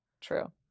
True